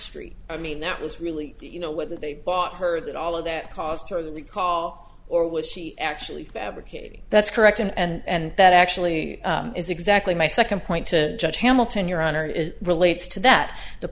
street i mean that was really you know whether they bought her that all of that cost her the call or was she actually fabricating that's correct and that actually is exactly my second point to judge hamilton your honor is relates to that the